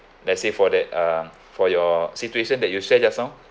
let's say for that uh for your situation that you share just now